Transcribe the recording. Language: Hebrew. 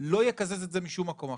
לא יקזז את זה משום מקום אחר.